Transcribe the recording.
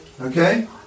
Okay